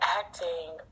acting